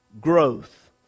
growth